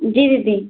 जी दीदी